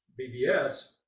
BBS